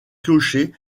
clocher